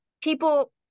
people